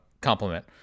compliment